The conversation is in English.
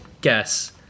guess